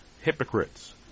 hypocrites